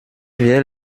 wir